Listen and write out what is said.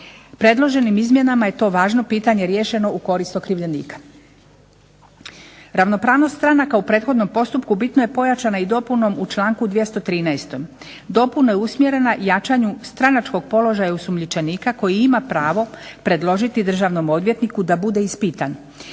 Predloženim izmjenama je to važno pitanje riješeno u korist okrivljenika. Ravnopravnost stranka u prethodnom postupku bitno je pojačana i dopunom u članku 213. Dopuna je usmjerena jačanju stranačkog položaja osumnjičenika koji ima pravo predložiti državnom odvjetniku da bude ispitan.